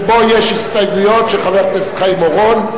שבו יש הסתייגויות דיבור של חבר הכנסת חיים אורון: